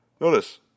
Notice